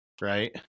Right